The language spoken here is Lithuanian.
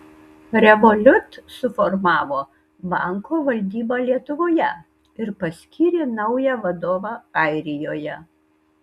revolut suformavo banko valdybą lietuvoje ir paskyrė naują vadovą airijoje